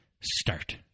start